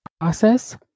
process